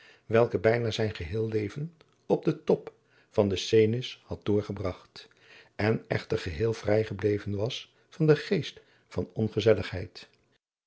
welke bijna zijn geheel leven op den top van den cenis had doorgebragt en echter geheel vrijgebleven was van den geest van ongezelligheid